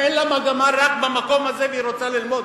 ואין לה מגמה במקום הזה והיא רוצה ללמוד,